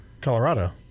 Colorado